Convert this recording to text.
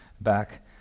back